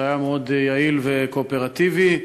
שהיה מאוד יעיל וקואופרטיבי,